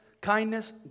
kindness